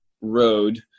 road